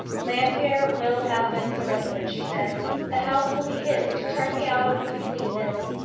llanfeare will have been surrendered, she said the house will be his to turn me out of if he pleases.